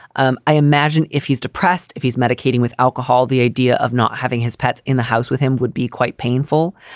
um i imagine if he's depressed, if he's medicating with alcohol, the idea of not having his pets in the house with him would be quite painful.